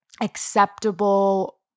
acceptable